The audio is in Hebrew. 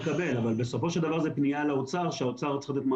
עבר תיקון חקיקה הרי צריך 6 חודשי